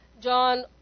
John